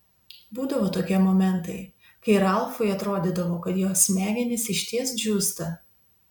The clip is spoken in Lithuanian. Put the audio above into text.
būdavo tokie momentai kai ralfui atrodydavo kad jo smegenys išties džiūsta